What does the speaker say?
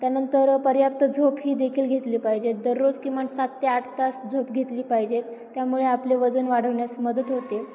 त्यानंतर पर्याप्त झोप ही देखील घेतली पाहिजेत दररोज किमान सात ते आठ तास झोप घेतली पाहिजेत त्यामुळे आपले वजन वाढवण्यास मदत होते